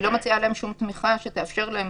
היא לא מציעה להם שום תמיכה שתאפשר להם